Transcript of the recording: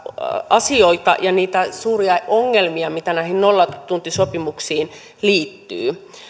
asioita ja niitä suuria ongelmia mitä näihin nollatuntisopimuksiin liittyy